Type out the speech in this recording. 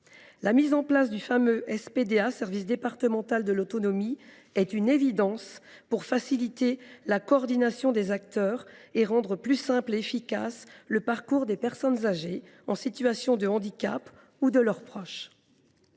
La mise en place du fameux service départemental de l’autonomie est une évidence pour faciliter la coordination des acteurs et rendre plus simple et efficace le parcours des personnes âgées en situation de handicap et de leurs proches.